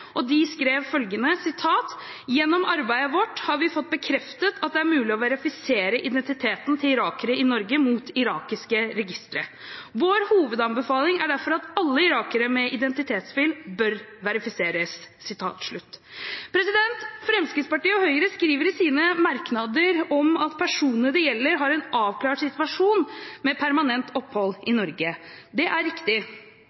og de skrev følgende: «Gjennom arbeidet har vi fått bekreftet at det er mulig å verifisere identiteten til irakere i Norge mot irakiske registre. Vår hovedanbefaling er derfor at alle irakere med identitetstvil bør verifiseres.» Fremskrittspartiet og Høyre skriver i sine merknader at personene det gjelder, har en avklart situasjon med permanent opphold i